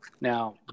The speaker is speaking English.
now